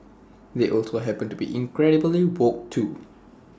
they also happen to be incredibly woke too